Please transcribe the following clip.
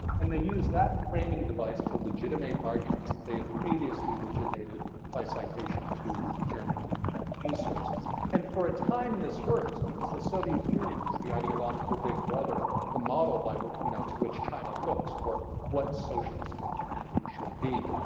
and they used that framing device to legitimate arguments that they had previously legitimated by citation to german and japanese sources. and for a time this works because the soviet union is the ideological big brother, the model you know to which china looks for what socialist modernity should be.